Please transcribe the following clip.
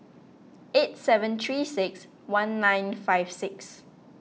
eight seven three six one nine five six